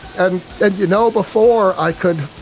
and and you know, before i could,